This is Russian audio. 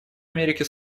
америки